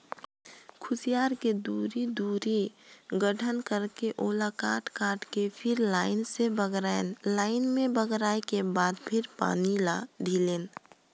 खुसियार के दूरी, दूरी गठन करके ओला काट काट के फिर लाइन से बगरायन लाइन में बगराय के बाद फिर पानी ल ढिलेन